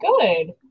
good